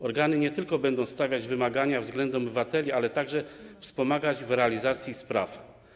Organy będą nie tylko stawiać wymagania względem obywateli, ale także wspomagać w realizacji spraw.